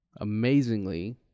Amazingly